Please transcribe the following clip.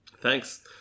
Thanks